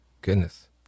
Goodness